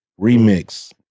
remix